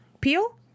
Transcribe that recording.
Peel